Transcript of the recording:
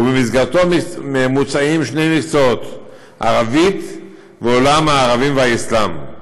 ובמסגרתו מוצעים שני מקצועות: ערבית ועולם הערבים והאסלאם,